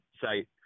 site